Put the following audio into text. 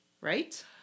right